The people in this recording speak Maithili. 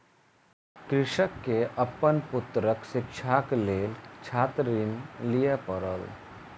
कृषक के अपन पुत्रक शिक्षाक लेल छात्र ऋण लिअ पड़ल